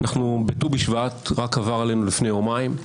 ט"ו בשבט רק עבר עלינו לפני יומיים,